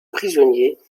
prisonniers